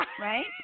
right